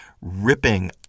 ripping